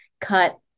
cut